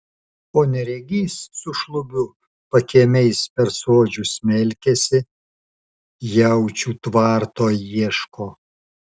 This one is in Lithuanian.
o neregys su šlubiu pakiemiais per sodžių smelkiasi jaučių tvarto ieško